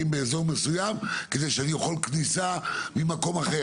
באזור מסוים כדי שתהיה כניסה ממקום אחר.